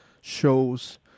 shows